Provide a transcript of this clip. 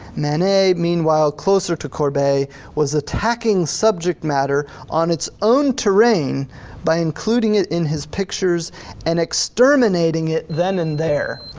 manet meanwhile closer to courbet was attacking subject matter on its own terrain by including it in his pictures and exterminating it then and there.